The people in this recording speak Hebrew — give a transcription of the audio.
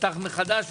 ייפתח מחדש.